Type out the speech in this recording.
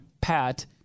PAT